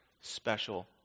special